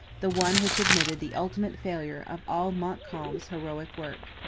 the one which admitted the ultimate failure of all montcalm's heroic work.